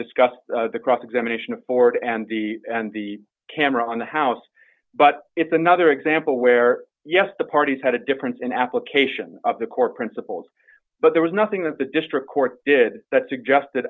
discuss the cross examination of the board and the and the camera on the house but it's another example where yes the parties had a difference in application of the core principles but there was nothing that the district court did that